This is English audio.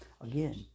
Again